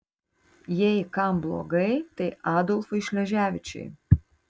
jei kam blogai tai adolfui šleževičiui